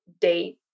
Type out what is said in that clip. date